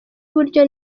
iburyo